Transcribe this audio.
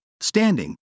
standing